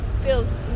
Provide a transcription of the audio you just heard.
feels